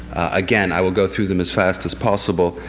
again, i will go through them as fast as possible.